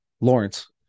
Lawrence